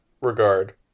regard